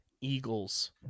eagles